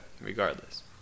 regardless